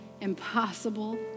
impossible